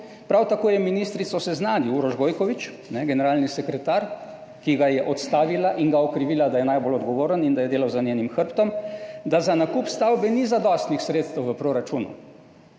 Prav tako je ministrico seznanil Uroš Gojkovič, generalni sekretar, ki ga je odstavila in ga okrivila, da je najbolj odgovoren, in da je delal za njenim hrbtom, da za nakup stavbe ni zadostnih sredstev v proračunu.